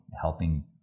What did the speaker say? helping